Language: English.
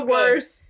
worse